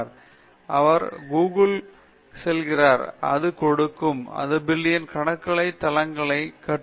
படைப்பாற்றலை நீங்கள் செய்தால் நீங்கள் கூகிள்க்கு செல்கிறீர்கள் அது கொடுக்கும் இது மில்லியன் கணக்கான தளங்கள் கட்டுரைகள் மற்றும் அனைத்தையும் உங்களுக்கு திருப்பித் தரும்